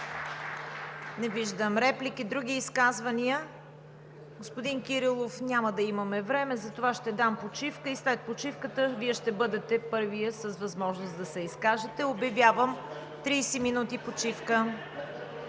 Не виждам. Други изказвания? Господин Кирилов, няма да имаме време, затова ще дам почивка. След нея Вие ще бъдете първият с възможност да се изкаже. Обявявам 30 минути почивка.